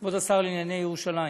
כבוד השר לענייני ירושלים,